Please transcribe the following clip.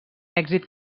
èxit